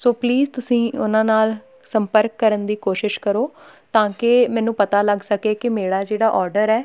ਸੋ please ਤੁਸੀਂ ਉਹਨਾਂ ਨਾਲ ਸੰਪਰਕ ਕਰਨ ਦੀ ਕੋਸ਼ਿਸ਼ ਕਰੋ ਤਾਂ ਕਿ ਮੈਨੂੰ ਪਤਾ ਲੱਗ ਸਕੇ ਕਿ ਮੇਰਾ ਜਿਹੜਾ ਔਡਰ ਹੈ